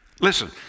Listen